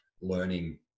learning